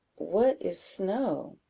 what is snow?